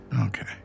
Okay